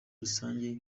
rusange